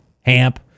HAMP